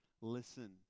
listen